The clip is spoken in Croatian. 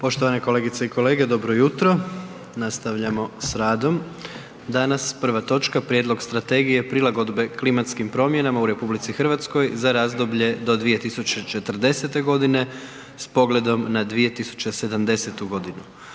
Poštovane kolegice i kolege, dobro jutro. Nastavljamo s radom, danas prva točka: - Prijedlog Strategije prilagodbe klimatskim promjenama u Republici Hrvatskoj za razdoblje do 2040. godine s pogledom na 2070. godinu